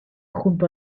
junto